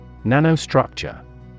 Nanostructure